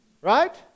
Right